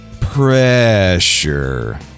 pressure